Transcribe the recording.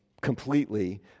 completely